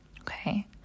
Okay